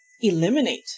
eliminate